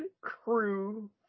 crew